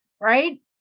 right